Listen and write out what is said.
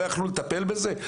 לא יכלו לטפל בזה?